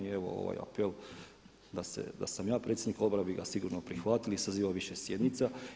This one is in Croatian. I evo ovaj apel da sam ja predsjednik odbora bi ga sigurno prihvatil i sazival više sjednica.